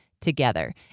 together